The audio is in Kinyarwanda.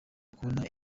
kubona